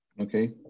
Okay